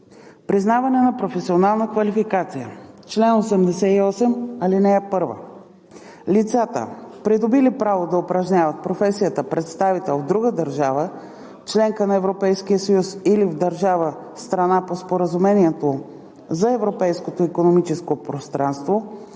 Признаване на професионална квалификация Чл. 88. (1) Лицата, придобили право да упражняват професията представител в друга държава – членка на Европейския съюз, или в държава – страна по Споразумението за Европейското икономическо пространство,